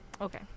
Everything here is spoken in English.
okay